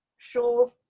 sure.